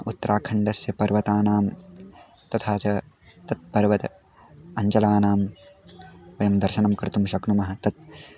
उत्तराखण्डस्य पर्वतानां तथा च तत् पर्वतस्य अञ्जलानां वयं दर्शनं कर्तुं शक्नुमः तत्